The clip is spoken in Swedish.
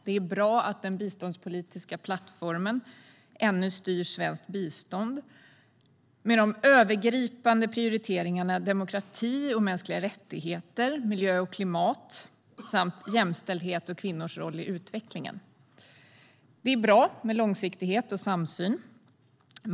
Det är bra att den biståndspolitiska plattformen ännu styr svenskt bistånd, med de övergripande prioriteringarna demokrati och mänskliga rättigheter, miljö och klimat samt jämställdhet och kvinnors roll i utvecklingen. Det är bra med långsiktighet och samsyn.